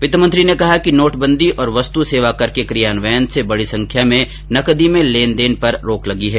वित्तमंत्री ने कहा कि नोटबंदी और वस्तु सेवा कर के क्रियान्वयन से बड़ी संख्या में नकदी में लेन देन पर रोक लगी है